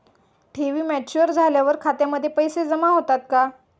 ठेवी मॅच्युअर झाल्यावर खात्यामध्ये पैसे जमा होतात का?